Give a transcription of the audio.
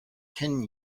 ten